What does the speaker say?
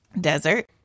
Desert